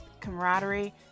camaraderie